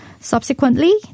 Subsequently